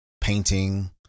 painting